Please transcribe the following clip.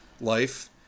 life